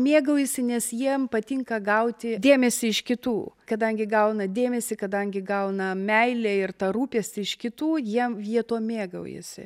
mėgaujasi nes jiem patinka gauti dėmesį iš kitų kadangi gauna dėmesį kadangi gauna meilę ir tą rūpestį iš kitų jiem jie to mėgaujasi